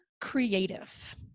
creative